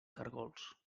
caragols